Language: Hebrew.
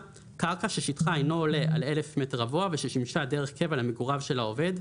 קרקע ששטחה אינו עולה על 1000 מ"ר וששימשה דרך קבע למגוריו של העובד,